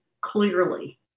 clearly